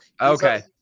okay